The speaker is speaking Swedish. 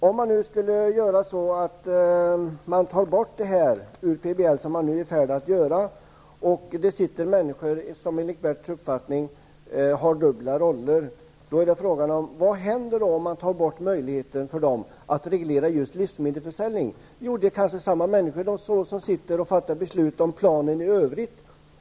Om nu dessa punkter skall tas bort ur PBL -- som vi är i färd att göra -- och det finns människor som enligt Bert Karlssons uppfattning har dubbla roller, blir frågan vad som skulle hända om möjligheten togs bort för dem att reglera livsmedelsförsäljningen. Det är kanske samma människor som beslutar om planen i övrigt.